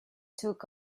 took